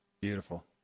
Beautiful